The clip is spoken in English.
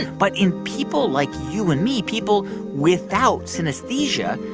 but in people like you and me, people without synesthesia,